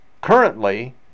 currently